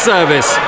Service